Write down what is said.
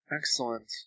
Excellent